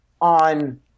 on